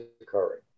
occurring